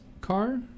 car